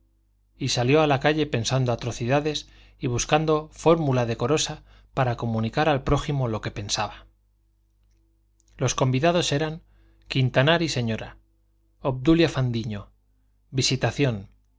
y salió a la calle pensando atrocidades y buscando fórmula decorosa para comunicar al prójimo lo que pensaba los convidados eran quintanar y señora obdulia fandiño visitación